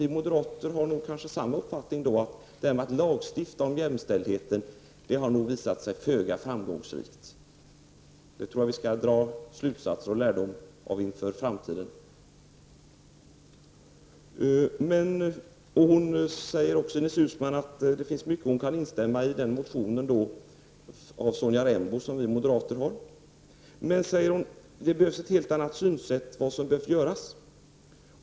Vi moderater har ungefär samma uppfattning, att det har visat sig föga framgångsrikt att lagstifta om jämställdheten. Det skall vi dra slutsatser och lärdomar av inför framtiden. Ines Uusmann säger också att det finns mycket i den moderata motionen av Sonja Rembo som hon kan instämma i. Men, säger hon, det behövs ett helt annat synsätt på det som behöver göras.